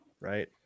right